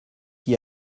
qui